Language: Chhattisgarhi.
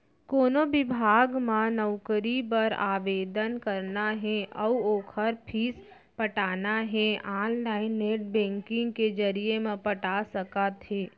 कोनो बिभाग म नउकरी बर आवेदन करना हे अउ ओखर फीस पटाना हे ऑनलाईन नेट बैंकिंग के जरिए म पटा सकत हे